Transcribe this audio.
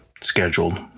scheduled